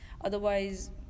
otherwise